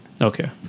Okay